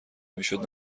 میشد